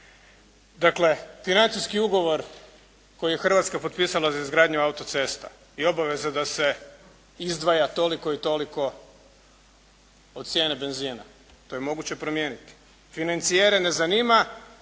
Dakle, financijski ugovor koji je Hrvatska potpisala za izgradnju autocesta i obaveza da se izdvaja toliko i toliko po cijene benzina, to je moguće promijeniti. Financijere ne zanima